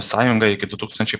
sąjunga iki du tūkstančiai